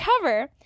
cover